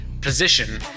position